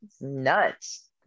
nuts